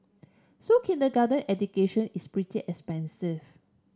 so kindergarten education is pretty expensive